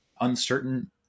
uncertain